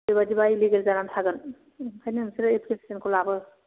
बेबायदिबा illegal जानानै थागोन ओंखायनो नोंसोरो एफ्लिखेसनखौ लाबो